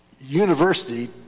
university